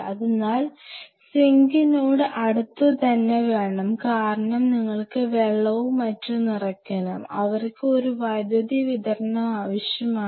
അതിനാൽ സിങ്കിനോട് അടുത്ത് തന്നെ വേണം കാരണം നിങ്ങൾക്ക് വെള്ളവും മറ്റും നിറയ്ക്കണം അവർക്ക് ഒരു വൈദ്യുതി വിതരണം ആവശ്യമാണ്